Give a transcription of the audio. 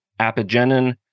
apigenin